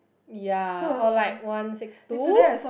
ya or like one six two